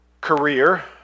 career